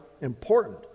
important